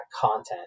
content